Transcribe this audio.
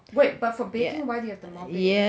wait for baking why do you have to mop it